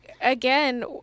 again